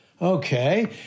Okay